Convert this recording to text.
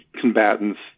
combatants